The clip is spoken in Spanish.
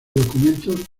documentos